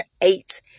eight